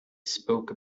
spoke